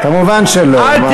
גילית את אמריקה.